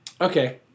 okay